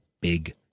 big